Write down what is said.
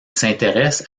s’intéresse